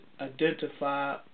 identify